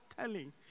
telling